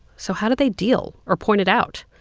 so how do they deal or point it out?